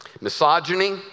Misogyny